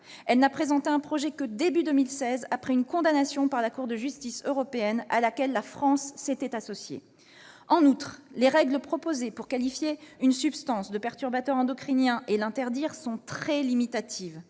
elle n'a présenté un projet qu'au début de 2016, après une condamnation par la Cour de justice de l'Union européenne, à laquelle la France s'était associée. En outre, les règles proposées pour qualifier une substance de perturbateur endocrinien et l'interdire sont très limitatives.